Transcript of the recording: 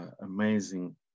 amazing